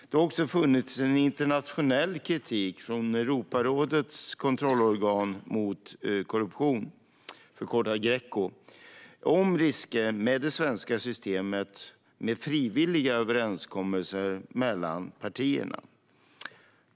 Det har också framförts internationell kritik från Europarådets kontrollorgan mot korruption, Greco. Det gäller risker med det svenska systemet med frivilliga överenskommelser mellan partierna.